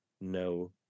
no